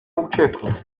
ucieknie